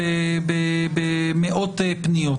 והם בכל זאת מופיעים בתוספת השישית,